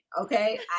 Okay